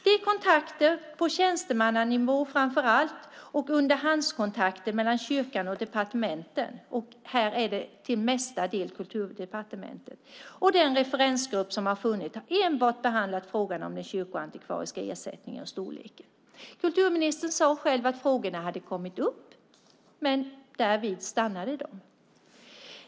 De kontakter på tjänstemannanivå framför allt och underhandskontakter mellan kyrkan, departementen - mestadels Kulturdepartementet - och den referensgrupp som har funnits har enbart behandlat frågan om den kyrkoantikvariska ersättningens storlek. Kulturministern sade själv att frågorna hade kommit upp, men därvid stannade de.